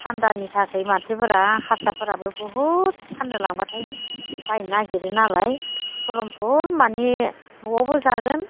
थान्दानि थाखाय मानसिफोरा हारसाफोराबो बुहुत फाननो लांबाथाय बायनो नागिरो नालाय धरम फुलमानि न'आवबो जागोन